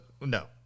No